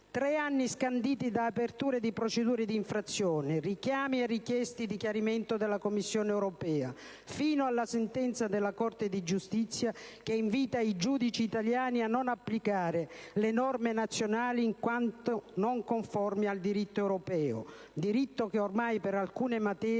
Tre anni scanditi da aperture di procedure di infrazione, richiami e richieste di chiarimento da parte della Commissione europea, fino alla sentenza della Corte di giustizia dell'Unione europea che invita i giudici italiani a non applicare le norme nazionali in quanto non conformi al diritto europeo, diritto che ormai, per alcune materie